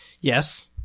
yes